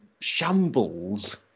shambles